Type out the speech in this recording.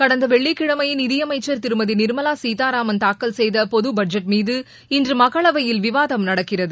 கடந்த வெள்ளிக்கிழமை நிதியமைச்சர் திருமதி நிர்மலா சீதாராமன் தாக்கல் செய்த பொது பட்ஜெட் மீது இன்று மக்களவையில் விவாதம் நடக்கிறது